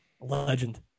legend